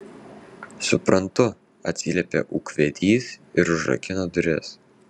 suprantu atsiliepė ūkvedys ir užrakino duris